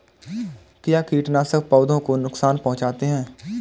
क्या कीटनाशक पौधों को नुकसान पहुँचाते हैं?